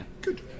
good